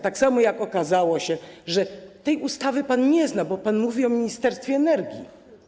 Tak samo okazało się, że tej ustawy pan nie zna, bo pan mówi o Ministerstwie Energii.